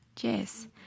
Yes